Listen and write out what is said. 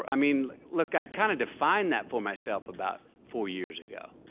i mean like look, i kind of defined that for myself about four years ago.